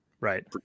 right